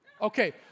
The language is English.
Okay